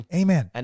amen